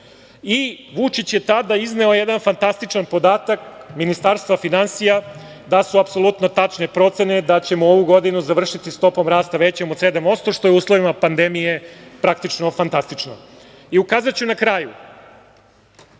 Vučić je tada izneo jedan fantastičan podatak Ministarstva finansija, da su apsolutno tačne procene da ćemo ovu godinu završiti stopom rasta većom od 7%, što je u uslovima pandemije praktično fantastično. Ukazaću na kraju,